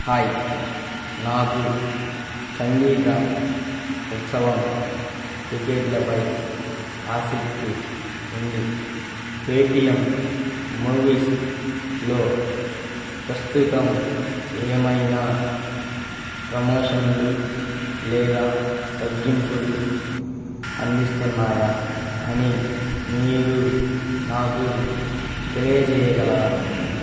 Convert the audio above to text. hi నాకు సంగీత ఉత్సవం టిక్కెట్లపై ఆసక్తి ఉంది పేటీఎం మూవీస్లో ప్రస్తుతం ఏమైనా ప్రమోషన్లు లేదా తగ్గింపులు అందిస్తున్నాయా అని మీరు నాకు తెలియజేయగలరా